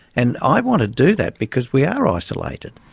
and i want to do that, because we are ah isolated.